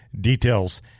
Details